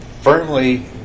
firmly